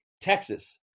Texas